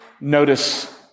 Notice